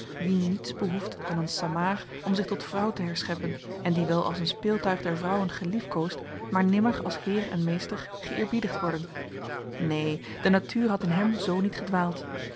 wien niets behoeft dan een samaar om zich tot vrouw te herscheppen en die wel als een speeltuig der vrouwen geliefkoosd maar nimmer als heer en meester geëerbiedigd worden neen de natuur had in hem zo niet gedwaald